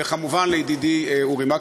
וכמובן לידידי אורי מקלב,